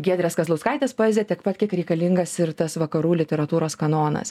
giedrės kazlauskaitės poezija tiek pat kiek reikalingas ir tas vakarų literatūros kanonas